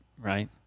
right